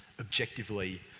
objectively